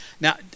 Now